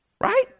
right